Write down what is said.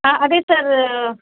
అదే సర్